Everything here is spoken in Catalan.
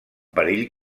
perill